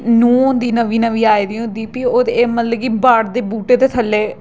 नूंह् होंदी नमीं नमीं आई दी होंदी फ्ही ओह् ते एह् मतलब कि बड़ दे बूह्टे दे थल्ले